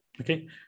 Okay